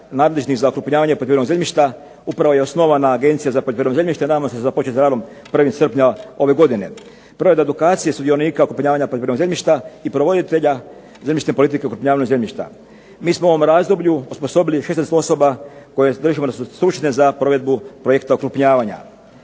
nadležnih za okrupnjavanje poljoprivrednog zemljišta, upravo je osnovana Agencija za poljoprivredno zemljište, trebala bi započet s radom 1. srpnja ove godine. Provedba edukacije sudionika okrupnjavanja poljoprivrednog zemljišta i provoditelja zemljišne politike okrupnjavanja zemljišta. Mi smo u ovom razdoblju osposobili 16 osoba koje držimo da su stručne za provedbu projekta okrupnjavanja.